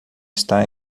está